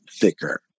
thicker